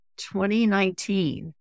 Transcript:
2019